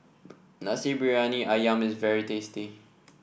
Nasi Briyani ayam is very tasty